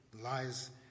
lies